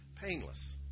painless